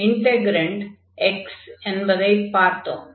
integrand x என்பதைப் பார்த்தோம்